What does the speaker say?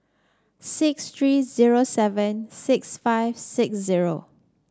six three zero seven six five six zero